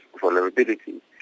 vulnerability